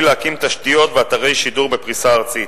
להקים תשתיות ואתרי שידור בפריסה ארצית.